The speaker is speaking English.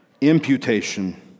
imputation